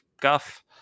guff